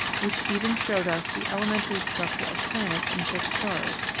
which even showed us the elementary structure of planets and fixed stars,